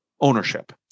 ownership